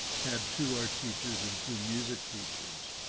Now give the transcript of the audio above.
had to our teachers in two music teachers,